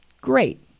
Great